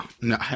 No